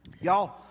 Y'all